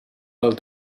pel